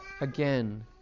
again